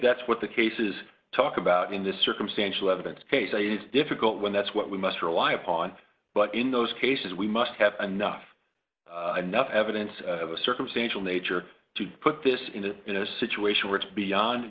that's what the case is talk about in this circumstantial evidence case that is difficult when that's what we must rely upon but in those cases we must have enough enough evidence circumstantial nature to put this in a in a situation where it's beyond